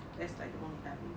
that's like the only time I use it